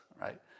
right